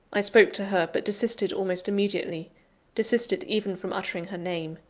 i spoke to her but desisted almost immediately desisted even from uttering her name.